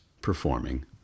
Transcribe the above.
performing